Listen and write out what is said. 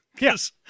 Yes